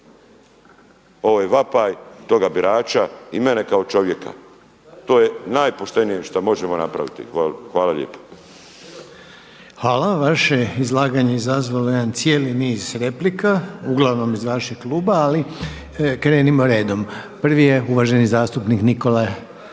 Ovo je vapaj toga birača i mene kao čovjeka. To je najpoštenije što možemo napraviti. Hvala lijepo. **Reiner, Željko (HDZ)** Hvala. Vaše je izlaganja izazvalo jedan cijeli niz replika uglavnom iz vašeg kluba ali krenimo redom. Prvi je uvaženi zastupnik Nikola Grmoja.